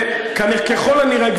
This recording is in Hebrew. וככל הנראה,